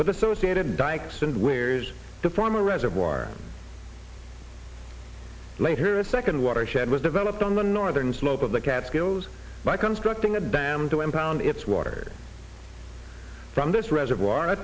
with associated dykes and wearies to form a reservoir later a second watershed was developed on the northern slope of the catskills by constructing a dam to impound its water from this reservoir a